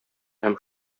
һәм